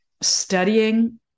studying